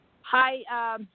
hi